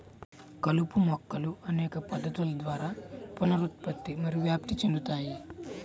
కలుపు మొక్కలు అనేక పద్ధతుల ద్వారా పునరుత్పత్తి మరియు వ్యాప్తి చెందుతాయి